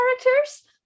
characters